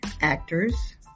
actors